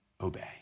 Obey